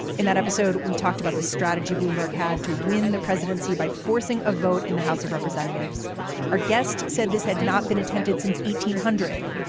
in that episode, we talked about the strategy bloomberg had to win the presidency by forcing a vote in the house of representatives our guest said this had not been attempted since eighteen hundred.